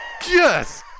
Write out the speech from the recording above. Yes